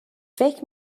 فکر